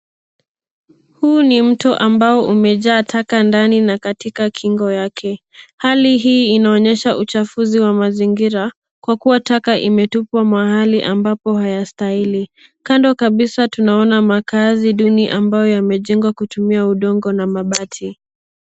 Huu ni mto ambao umejaa taka ndani na katika kingo yake. Hali hii inaonyesha uchafuzi wa mazingira, kwa kua taka imetupwa mahali ambapo hayastahili. Kando kabisa tunaona makaazi duni ambayo yamejengwa kutumia udongo na mabati.